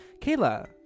Kayla